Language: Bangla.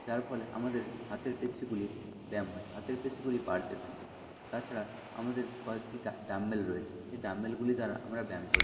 যার ফলে আমাদের হাতের পেশিগুলির ব্যায়াম হয় হাতের পেশিগুলি বাড়তে থাকে তাছাড়া আমাদের কয়েকটি ডাম্বেল রয়েছে সে ডাম্বেলগুলি দ্বারা আমরা ব্যায়াম করে থাকি